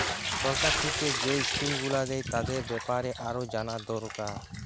সরকার থিকে যেই স্কিম গুলো দ্যায় তাদের বেপারে আরো জানা দোরকার